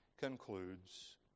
concludes